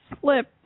slip